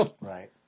Right